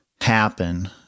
happen